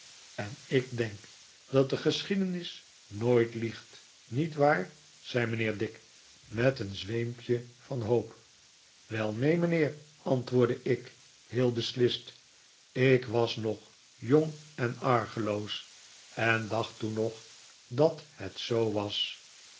en ik derik dat de geschiedenis nooit liegt niet waar zei mijnheer dick met een zweempje van hoop wel neen mijnheer antwoordde ik heel beslist ik was nog jong en argeloos en dacht toen nog dat het zoo was